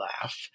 laugh